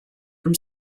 from